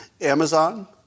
Amazon